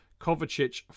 Kovacic